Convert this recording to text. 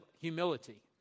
humility